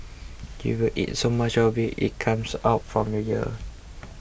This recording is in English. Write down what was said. you will eat so much of it it comes out from your ears